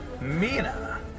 Mina